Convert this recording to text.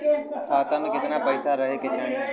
खाता में कितना पैसा रहे के चाही?